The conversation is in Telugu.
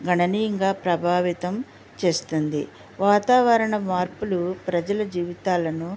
గణనీయంగా ప్రభావితం చేస్తుంది వాతావరణ మార్పులు ప్రజల జీవితాలను